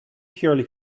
purely